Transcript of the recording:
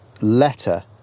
letter